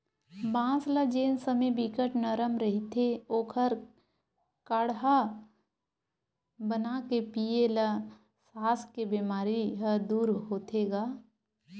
बांस ल जेन समे बिकट नरम रहिथे ओखर काड़हा बनाके पीए ल सास के बेमारी ह दूर होथे गा